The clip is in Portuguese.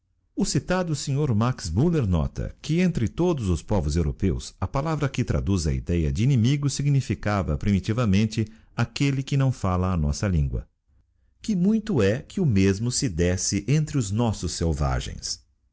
o citado sr max muller nota que entre todos os povos europeus a palavra que traduz a idéa de inimigo significava pfimiti vãmente aquelle que não falia a nossa lingua que muito é que o mesmo se desse entre os nossos selvagens